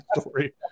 story